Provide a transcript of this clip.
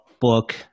book